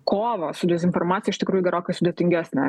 kovą su dezinformacija iš tikrųjų gerokai sudėtingesne